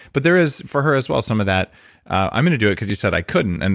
but there is for her as well some of that i'm going to do it, because you said i couldn't. and